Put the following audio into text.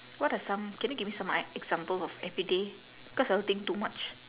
what are some can you give me some i~ example of everyday cause I will think too much